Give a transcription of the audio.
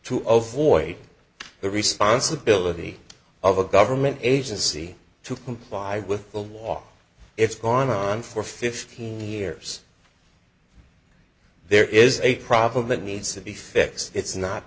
to ovoid the responsibility of a government agency to comply with the law it's gone on for fifteen years there is a problem that needs to be fixed it's not